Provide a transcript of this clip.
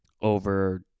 over